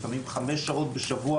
לפעמים חמש שעות בשבוע,